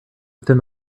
within